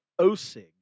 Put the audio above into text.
OSIG